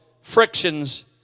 frictions